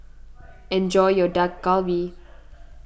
enjoy your Dak Galbi